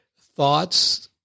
Thoughts